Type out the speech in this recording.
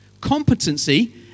Competency